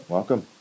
Welcome